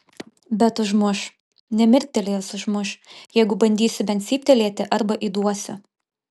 bet užmuš nemirktelėjęs užmuš jeigu bandysiu bent cyptelėti arba įduosiu